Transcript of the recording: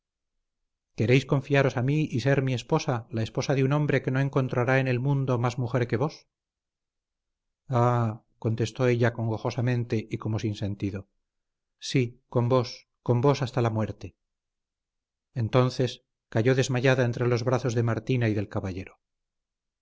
queréis confiaros a mí y ser mi esposa la esposa de un hombre que no encontrará en el mundo más mujer que vos ah contestó ella congojosamente y como sin sentido sí con vos con vos hasta la muerte entonces cayo desmayada entre los brazos de martina y del caballero